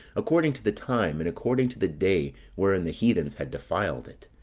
according to the time, and according to the day wherein the heathens had defiled it,